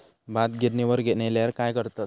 भात गिर्निवर नेल्यार काय करतत?